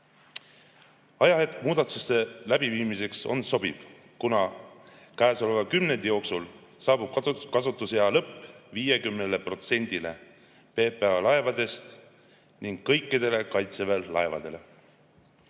Ajahetk muudatuste läbiviimiseks on sobiv, kuna käesoleva kümnendi jooksul saabub kasutusea lõpp 50%‑le PPA laevadest ning kõikidele Kaitseväe laevadele.